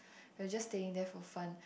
we're just staying there for fun